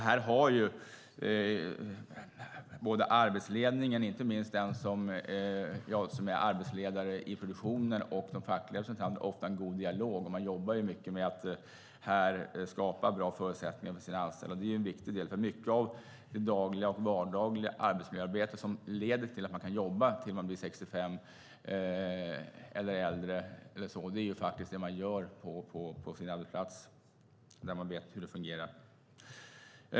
Här har både arbetsledningen, inte minst den som är arbetsledare i produktionen, och de fackliga representanterna ofta en god dialog. Man jobbar mycket med att skapa bra förutsättningar för sina anställda, och det är en viktig del - mycket av det dagliga och vardagliga arbetsmiljöarbete som leder till att människor kan jobba tills de är 65 eller äldre är faktiskt det man gör på sin arbetsplats, där man vet hur det fungerar.